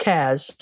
Cash